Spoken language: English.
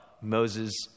Moses